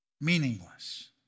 meaningless